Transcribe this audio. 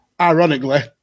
ironically